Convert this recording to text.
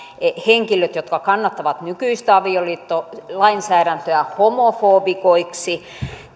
henkilöt jotka kannattavat nykyistä avioliittolainsäädäntöä homofoobikoiksi